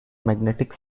magnetic